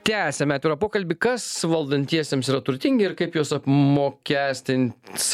tęsiam atvirą pokalbį kas valdantiesiems yra turtingi ir kaip juos apmokestins